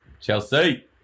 Chelsea